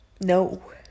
no